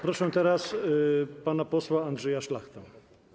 Proszę teraz pana posła Andrzeja Szlachtę.